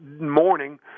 morning